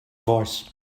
voice